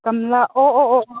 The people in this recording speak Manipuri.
ꯀꯝꯂꯥ ꯑꯣ ꯑꯣ ꯑꯣ ꯑꯣ